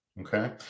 Okay